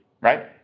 right